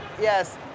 Yes